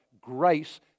grace